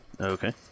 Okay